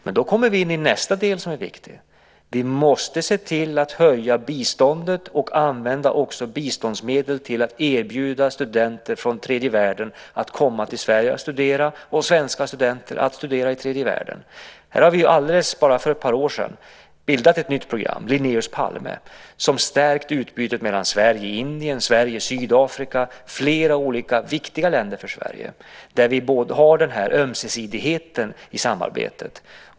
Men då kommer vi in på nästa viktiga del: Vi måste se till att höja biståndet och använda biståndsmedel till att erbjuda studenter från tredje världen att komma till Sverige och studera och svenska studenter att studera i tredje världen. För bara ett par år sedan bildade vi här ett nytt program, Linnaeus-Palme, som stärkt utbytet mellan Sverige och Indien och mellan Sverige och Sydafrika och flera olika för Sverige viktiga länder där vi har den här ömsesidigheten i samarbetet.